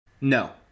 No